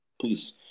Please